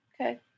Okay